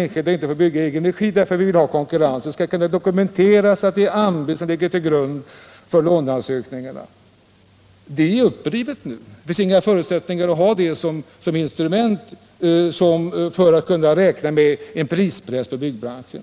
enskilda får bygga i egen regi, om de inte kan dokumentera att det är till priser som ligger lika med anbud. Denna ordning är nu uppriven. Det finns inga förutsättningar för att tillämpa denna ordning som instrument för åstadkommande av en prispress inom byggbranschen.